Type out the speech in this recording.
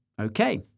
Okay